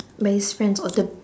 by he's friends or the